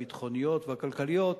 הביטחוניות והכלכליות,